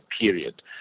period